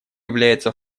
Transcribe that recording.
является